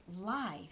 life